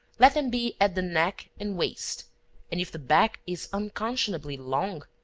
let them be at the neck and waist and if the back is unconscionably long,